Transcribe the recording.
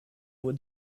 would